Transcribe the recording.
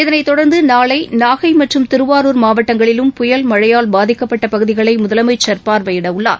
இதனைத் தொடர்ந்து நாளை நாகை மற்றும் திருவாரூர் மாவட்டங்களிலும் முதலமைச்சர் புயல் மழையால் பாதிக்கப்பட்ட பகுதிகளை முதலமைச்சர் பார்வையிட உள்ளார்